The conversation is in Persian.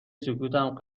سکوتم